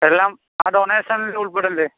എല്ലാം ആ ഡൊനേഷനിൽ ഉൾപ്പെടില്ലേ